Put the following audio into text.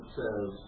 says